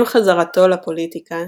עם חזרתו לפוליטיקה,